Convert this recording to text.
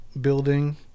building